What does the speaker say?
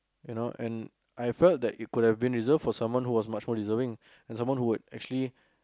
you know and I felt that it could have been reserved for someone who was much more deserving and someone who would actually